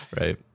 right